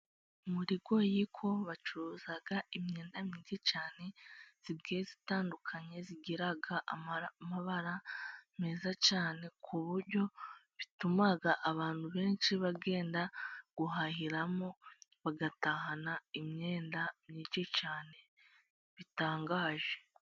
Muri goyiko bacuruza imyenda myinshi cyane itandukanye, igira amabara meza cyane, ku buryo bituma abantu benshi bagenda guhahiramo, bagatahana imyenda myinshi cyane bitangaje.